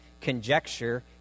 conjecture